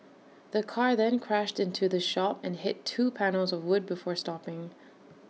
the car then crashed into the shop and hit two panels of wood before stopping